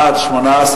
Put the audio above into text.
בעד 18,